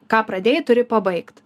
ką pradėjai turi pabaigt